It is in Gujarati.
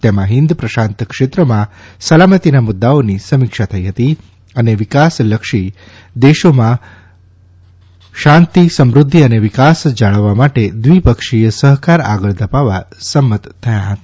તેમાં હિન્દ પ્રશાંત ક્ષેત્રમાં સલામતિના મુદ્દાઓની સમિક્ષા થઇ હતી અને વિકાસશીલ દેશોમાં શાંતિ સમૃદ્ધિ અને વિકાસ જાળવવા માટે દ્વિપક્ષી સહકાર આગળ ધપાવવા સંમત થયા હતા